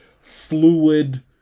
fluid